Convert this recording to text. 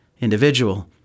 individual